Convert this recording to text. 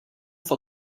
for